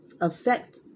affect